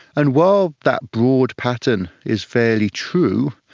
and while that broad pattern is fairly true,